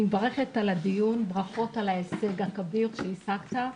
אני מברכת על הדיון וברכות על ההישג הכביר שהשגת.